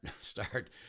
start